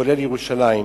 כולל ירושלים,